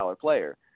player